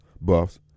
buffs